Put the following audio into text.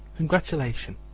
congratulation,